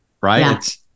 right